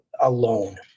alone